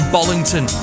Bollington